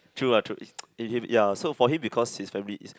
true lah true ya so for him because his family is